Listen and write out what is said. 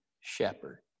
shepherd